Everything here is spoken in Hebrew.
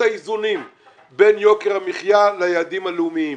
האיזונים בין יוקר המחיה ליעדים הלאומיים.